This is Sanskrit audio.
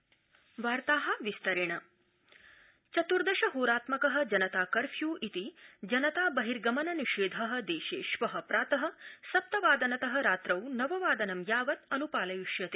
प्रधानमन्त्री चतुर्दश होरात्मक जनता कर्फ्यू इति जनता बहिर्गमन निषेधः देशे श्व प्रात सप्तवादनत रात्रौ नववादनं यावत् अन्पालयिष्यते